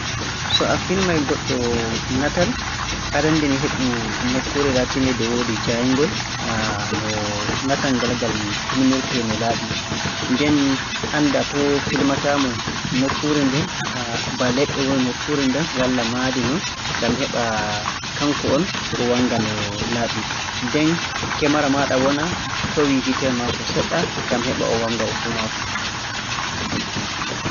So a filmay goɗɗo natal, arannde ni, heɓu nokkuure laatiinde nde woodi jaayngol, no natal ngal filmirtee no laaɓi. Nden anndaa to filmataa-mo, nokkuure nden ba leɗɗe ngoni nokkuure nden walla mahdi non, ngam heɓa kanko on o wannga no laaɓi. Nden kemara maaɗa wona towii hitere maako seɗɗa ngam o wannga o fuu maako.